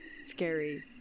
scary